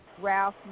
Ralph